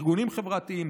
ארגונים חברתיים,